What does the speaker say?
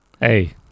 Hey